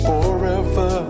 Forever